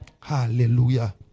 Hallelujah